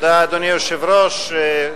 אדוני היושב-ראש, תודה,